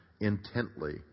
intently